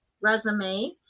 resume